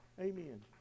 Amen